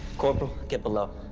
corporal, get below.